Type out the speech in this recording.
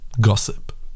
gossip